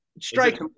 Strike